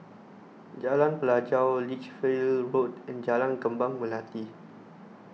Jalan Pelajau Lichfield Road and Jalan Kembang Melati